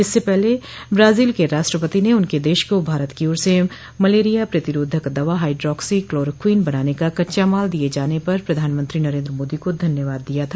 इससे पहले ब्राजील के राष्ट्रपति ने उनके देश को भारत की ओर से मलेरिया प्रतिरोधक दवा हाइड्रोक्सी क्लोरोक्विन बनाने का कच्चा माल दिए जाने पर प्रधानमंत्री नरेन्द्र मोदी को धन्यवाद दिया था